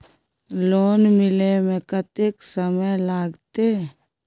Loan मिले में कत्ते समय लागते?